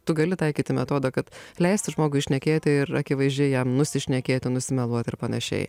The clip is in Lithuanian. tu gali taikyti metodą kad leisti žmogui šnekėti ir akivaizdžiai jam nusišnekėti nusimeluoti ir panašiai